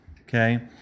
okay